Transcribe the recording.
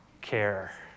care